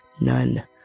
none